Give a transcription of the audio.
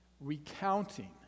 recounting